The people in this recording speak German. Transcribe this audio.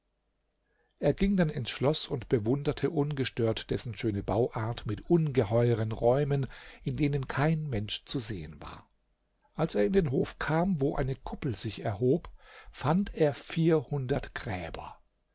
er ging dann ins schloß und bewunderte ungestört dessen schöne bauart mit ungeheuren räumen in denen kein mensch zu sehen war als er in den hof kam wo eine kuppel sich erhob fand er vierhundert gräber